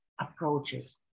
approaches